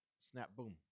snap-boom